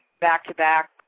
back-to-back